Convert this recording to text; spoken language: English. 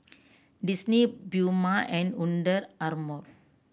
Disney Puma and Under Armour